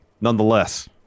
Nonetheless